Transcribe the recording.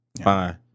fine